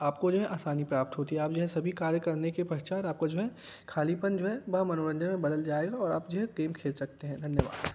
आपको जो है आसानी प्राप्त होती है आप जो है सभी कार्य करने के पश्चात आपको जो है ख़ालीपन जो है वह मनोरंजन में बदल जाएगा और आप जो है गेम खेल सकते हैं धन्यवाद